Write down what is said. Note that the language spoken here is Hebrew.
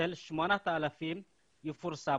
של 8,000 האנשים יפורסמו.